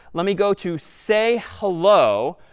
let me go to say hello,